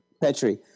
Petri